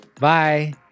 Bye